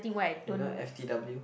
you know f_t_w